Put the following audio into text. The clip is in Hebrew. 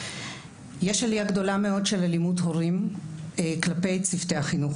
יש עלייה גדולה מאוד של אלימות הורים כלפי צוותי החינוך.